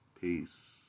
Peace